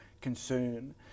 concern